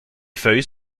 feuilles